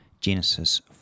Genesis